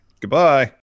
Goodbye